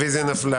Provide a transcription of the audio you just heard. הרביזיה נדחתה.